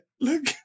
look